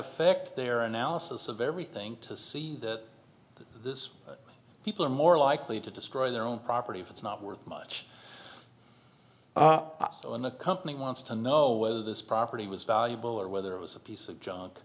affect their analysis of everything to see that this people are more likely to destroy their own property it's not worth much in a company wants to know whether this property was valuable or whether it was a piece of junk